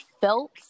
felt